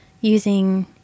using